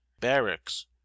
Barracks